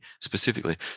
specifically